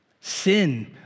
Sin